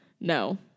No